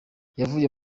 yavuye